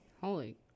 Holy